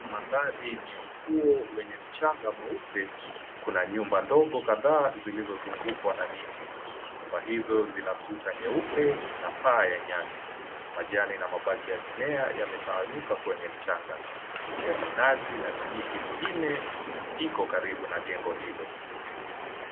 Mandhari ni ya ufuo wenye mchanga nyeupe kuna nyumba ndogo kadhaa zilizozungukwa na miti nyumba hizo zina kuta nyeupe na paa ya nyasi, majani na mabaki ya mimea yametawanyika kwenye mchanga, miti ya minazi na miti mingine iko karibu na jengo hilo.